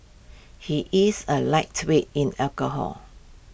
he is A lightweight in alcohol